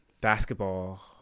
basketball